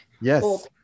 Yes